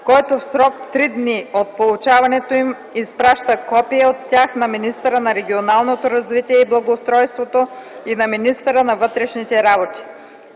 който в срок три дни от получаването им изпраща копие от тях на министъра на регионалното развитие и благоустройството и на министъра на вътрешните работи.